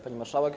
Pani Marszałek!